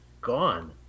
gone